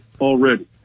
already